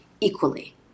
equally